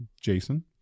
jason